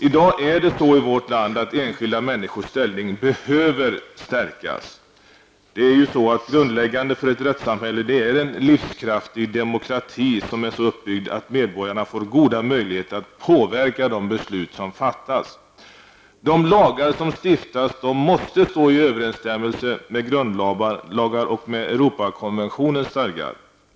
I dag behöver enskilda människors ställning stärkas. Grundläggande för ett rättssamhälle är en livskraftig demokrati, som är så uppbyggd att medborgarna får goda möjligheter att påverka de beslut som fattas. De lagar som stiftas måste stå i överensstämmelse med grundlagar och Europakonventionens stadgar.